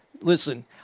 Listen